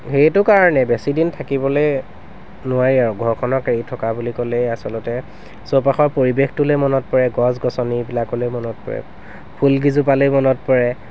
সেইটো কাৰণেই বেছিদিন থাকিবলৈ নোৱাৰি আৰু ঘৰখনক এৰি থকা বুলি ক'লেই আচলতে চৌপাশৰ পৰিৱেশটোলৈ মনত পৰে গছ গছনিবিলাকলৈ মনত পৰে ফুলকেইজোপালৈ মনত পৰে